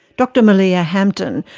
dr meleah hampton,